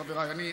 חבריי,